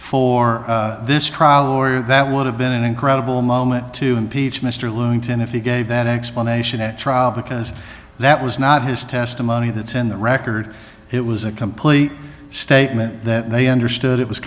for this trial or that would have been an incredible moment to impeach mr learnt and if he gave that explanation at trial because that was not his testimony that's in the record it was a complete statement that they understood it was